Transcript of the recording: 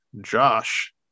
Josh